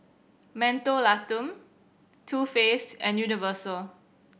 Mentholatum Too Faced and Universal